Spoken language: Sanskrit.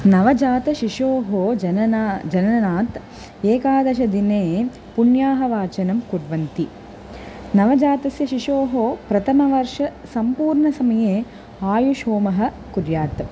नवजातशिशोः जनना जननात् एकादशदिने पुण्याः वाचनं कुर्वन्ति नवजातस्य शिशोः प्रथमवर्षे सम्पूर्णसमये आयुष्होमः कुर्यात्